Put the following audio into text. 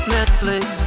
Netflix